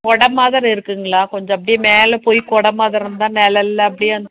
கொடை மாதிரி இருக்குதுங்களா கொஞ்சம் அப்படியே மேலே போய் கொடை மாதிரி இருந்தால் நெழல் அப்படியே அந்